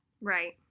Right